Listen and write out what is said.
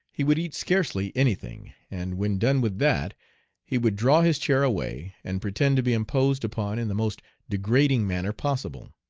he would eat scarcely anything, and when done with that he would draw his chair away and pretend to be imposed upon in the most degrading manner possible.